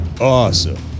awesome